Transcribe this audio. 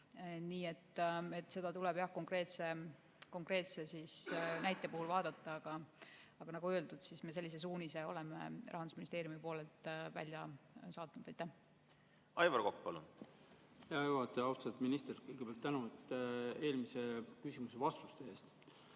Nii et seda tuleb jah konkreetse näite puhul vaadata, aga nagu öeldud, me sellise suunise oleme Rahandusministeeriumist välja saatnud. Aivar Kokk, palun! Hea juhataja! Austatud minister, kõigepealt tänan eelmise küsimuse vastuse eest.